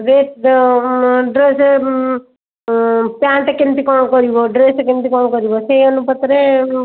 rate dress pant କେମିତି କ'ଣ କରିବ ଡ୍ରେସ୍ କେମିତି କ'ଣ କରିବ ସେହି ଅନୁପାତରେ